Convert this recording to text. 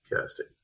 casting